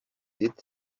did